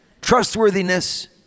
trustworthiness